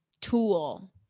tool